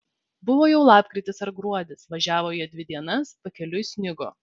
buvo jau lapkritis ar gruodis važiavo jie dvi dienas pakeliui snigo